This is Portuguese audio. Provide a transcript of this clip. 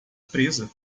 presa